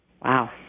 Wow